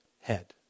head